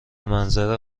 منظر